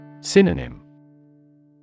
Synonym